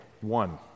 one